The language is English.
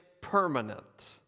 permanent